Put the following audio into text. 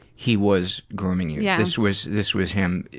he was grooming you, yeah this was this was him,